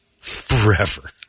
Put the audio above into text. forever